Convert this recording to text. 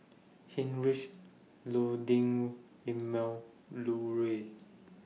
Heinrich Emil Luering